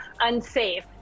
unsafe